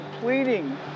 pleading